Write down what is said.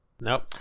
Nope